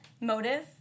motive